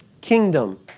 kingdom